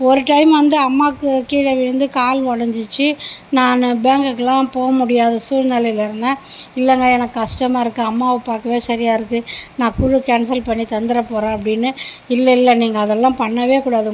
ஒரு டயம் வந்து அம்மாவுக்கு கீழே விழுந்து கால் ஒடஞ்சிடுச்சி நான் பேங்க்குக்கு எல்லாம் போக முடியாத சூழ்நிலையில் இருந்தேன் இல்லைங்க எனக்கு கஷ்டமாக இருக்குது அம்மாவை பார்க்கவே சரியாக இருக்குது நான் குழு கேன்சல் பண்ணி தந்துட போகிறேன் அப்படின்னேன் இல்லை இல்லை நீங்கள் அதெல்லாம் பண்ணவே கூடாது